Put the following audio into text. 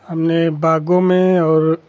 हमने बागों में और